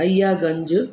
Ahiyaganj